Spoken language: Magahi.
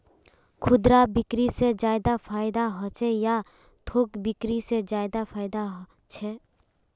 खुदरा बिक्री से ज्यादा फायदा होचे या थोक बिक्री से ज्यादा फायदा छे?